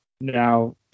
Now